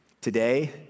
Today